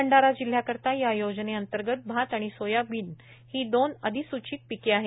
भंडारा जिल्हयाकरीता या योजनेंतर्गत भात आणि सोयाबिन ही दोन अधिसूचित पिके आहेत